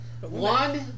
One